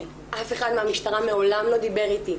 אף אחד מהמשטרה מעולם לא דיבר איתי.